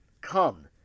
Come